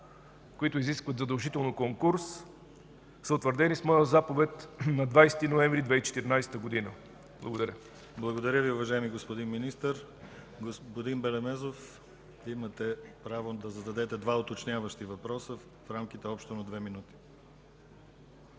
които изискват задължително конкурс, са утвърдени с моя заповед на 20 ноември 2014 г. Благодаря. ПРЕДСЕДАТЕЛ ДИМИТЪР ГЛАВЧЕВ: Благодаря Ви, уважаеми господин Министър. Господин Белемезов, имате право да зададете два уточняващи въпроса в рамките на две минути.